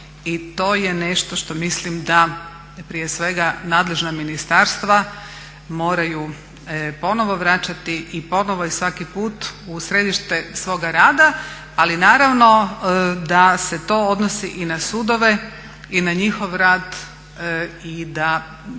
i to je nešto što mislim da prije svega nadležna ministarstva moraju ponovo vraćati i ponovo svaki put u središte svoga rada. Ali naravno da se to odnosi i na sudove i na njihov rad i da